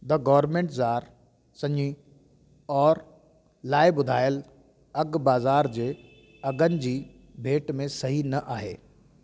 the government ज़ार सञी और लाइ ॿुधायल अघु बाज़ार जे अघनि जी भेंट में सही न आहे